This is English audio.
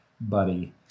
buddy